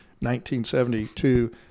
1972